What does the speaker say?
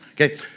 Okay